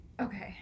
Okay